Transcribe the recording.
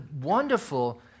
wonderful